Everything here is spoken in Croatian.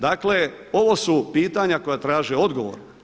Dakle, ovo su pitanja koja traže odgovor.